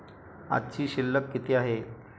आजची शिल्लक किती आहे?